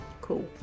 Cool